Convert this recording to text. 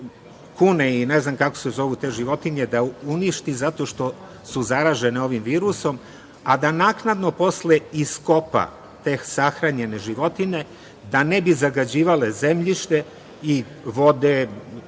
je Danska mogla silne te kune da uništi zato što su zaražene ovim virusom, a da naknadno posle iskopa tek sahranjene životinje da ne bi zagađivale zemljište i vode,